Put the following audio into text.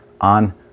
on